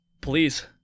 Please